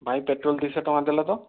ଭାଇ ପେଟ୍ରୋଲ୍ ଦୁଇଶହ ଟଙ୍କା ଦେଲ ତ